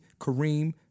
Kareem